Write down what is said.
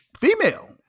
female